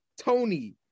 Tony